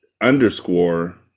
underscore